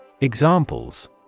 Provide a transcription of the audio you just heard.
Examples